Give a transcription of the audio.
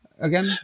again